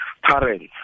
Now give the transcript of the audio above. parents